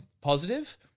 positive